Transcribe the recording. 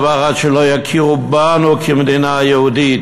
לא ניתן להם שום דבר עד שלא יכירו בנו כמדינה יהודית.